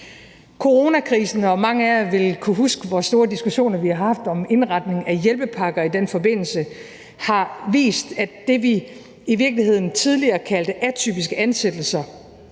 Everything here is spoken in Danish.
Coronakrisen, og mange af jer vil kunne huske, hvor store diskussioner, vi har haft om indretning af hjælpepakker i den forbindelse, har vist, at dem, vi i virkeligheden tidligere kaldte atypiske ansættelser,